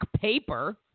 paper